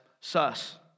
sus